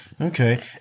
Okay